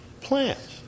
Plants